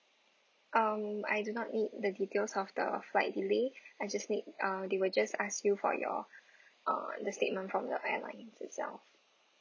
um I do not need the details of the flight delay I just need uh they were just ask you for your uh the statement from the airline itself